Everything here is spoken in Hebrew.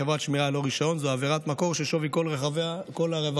חברת שמירה ללא רישיון זו עבירת מקור ששווי כל רווחיה מחולטים.